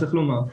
צריך לומר,